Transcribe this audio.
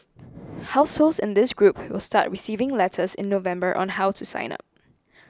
households in this group will start receiving letters in November on how to sign up